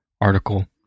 article